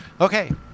Okay